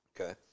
Okay